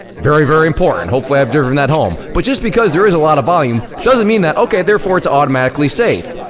very, very important. hopefully i've driven that home. but just because there is a lot of volume doesn't mean that, okay, therefore, it's automatically safe.